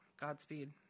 Godspeed